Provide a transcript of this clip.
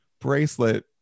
bracelet